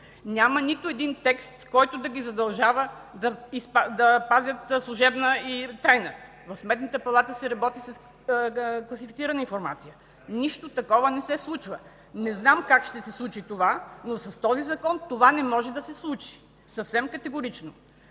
няма нито един текст, който да ги задължава да пазят служебна тайна. В Сметната палата се работи с класифицирана информация. Нищо такова не се случва. Не знам как ще се случи това, но с този Закон това не може да се случи! Съвсем категорично!